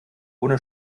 ohne